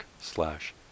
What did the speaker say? slash